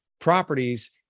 properties